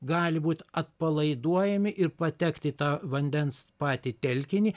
gali būt atpalaiduojami ir patekt į tą vandens patį telkinį